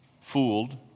fooled